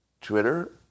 Twitter